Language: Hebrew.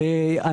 אנחנו